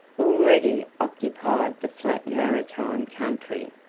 already occupied the flat maritime country,